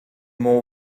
more